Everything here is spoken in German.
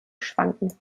schwanken